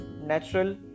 natural